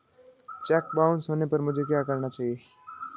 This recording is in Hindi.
चेक बाउंस होने पर मुझे क्या करना चाहिए?